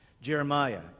Jeremiah